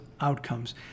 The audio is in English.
outcomes